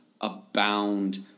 abound